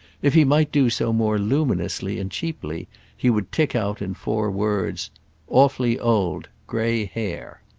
if he might do so more luminously and cheaply he would tick out in four words awfully old grey hair.